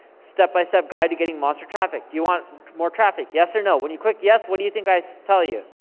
step-by-step guide to getting monster traffic. do you want more traffic, yes or no. when you click yes, what do you think i so tell you?